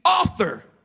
author